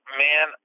man